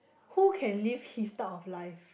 who can live his type of life